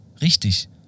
Richtig